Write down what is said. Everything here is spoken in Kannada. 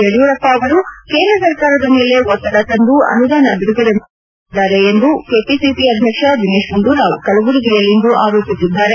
ಯಡಿಯೂರಪ್ಪ ಅವರು ಕೇಂದ್ರ ಸರ್ಕಾರದ ಮೇಲೆ ಒತ್ತಡ ತಂದು ಅನುದಾನ ಬಿಡುಗಡೆ ಮಾಡಿಸುವಲ್ಲಿ ವಿಫಲರಾಗಿದ್ದಾರೆ ಎಂದು ಕೆಪಿಸಿಸಿ ಅಧ್ವಕ್ಷ ದಿನೇತ್ ಗುಂಡೂರಾವ್ ಕಲಬುರಗಿಯಲ್ಲಿಂದು ಆರೋಪಿಸಿದ್ದಾರೆ